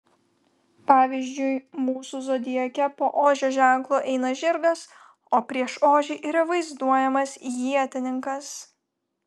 pavyzdžiui mūsų zodiake po ožio ženklo eina žirgas o prieš ožį yra vaizduojamas ietininkas